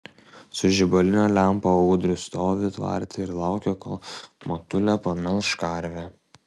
su žibaline lempa audrius stovi tvarte ir laukia kol motulė pamelš karvę